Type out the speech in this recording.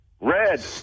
Red